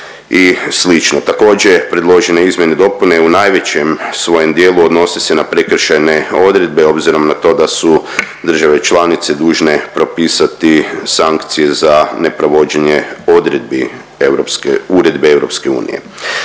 Također, predložene izmjene i dopune u najvećem svojem dijelu odnose se na prekršajne odredbe obzirom na to da su države članice dužne propisati sankcije za neprovođenje odredbi